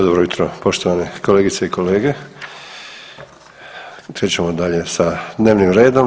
Dobro jutro poštovane kolegice i kolege, krećemo dalje sa dnevnim redom.